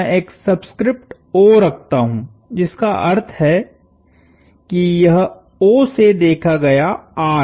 तो मैं एक सबस्क्रिप्ट O रखता हूं जिसका अर्थ है कि यह O से देखा गया है